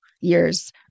years